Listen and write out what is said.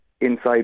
inside